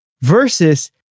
Versus